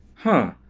huh!